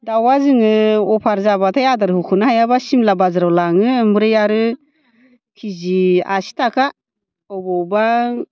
दाउआ जोङो अभार जाबाथाय आदार होख'नो हायाबा सिमला बाजाराव लाङो ओमफ्राय आरो के जि आसिताखा बबावबा